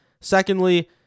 Secondly